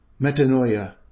metanoia